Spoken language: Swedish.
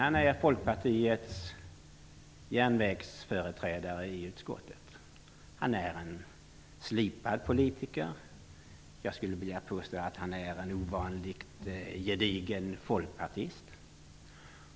Han är folkpartiets järnvägsföreträdare i utskottet. Han är en slipad politiker. Jag skulle vilja påstå att han även är en ovanligt gedigen folkpartist.